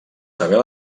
saber